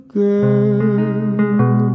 girl